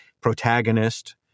protagonist